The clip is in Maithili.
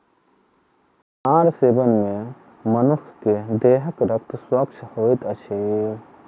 अनार सेवन मे मनुख के देहक रक्त स्वच्छ होइत अछि